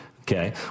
okay